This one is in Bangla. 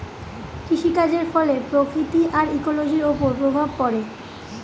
কৃষিকাজের ফলে প্রকৃতি আর ইকোলোজির ওপর প্রভাব পড়ে